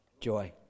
joy